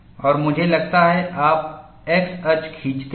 और मुझे लगता है आप X अक्ष खींचते हैं